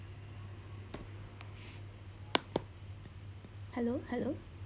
hello hello